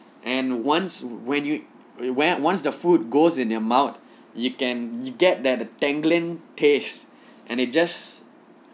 and once when you once the food goes in your mouth you can you get that tangling taste and it just